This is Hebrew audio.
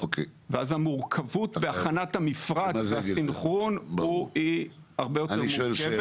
ואז המורכבות בהכנת המפרט והסנכרון הרבה יותר מורכבת.